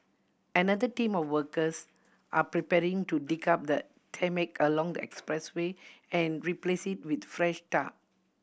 another team of workers are preparing to dig up the tarmac along the expressway and replace it with fresh tar